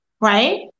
Right